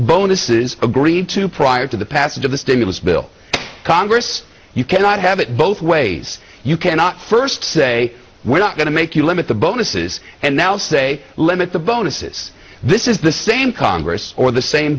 bonuses agreed to prior to the passage of the stimulus bill congress you cannot have it both ways you cannot first say we're not going to make you limit the bonuses and now say limit the bonuses this is the same congress or the same